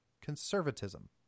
conservatism